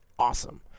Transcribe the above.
awesome